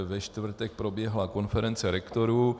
Ve čtvrtek proběhla konference rektorů.